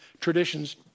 traditions